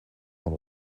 van